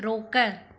रोकु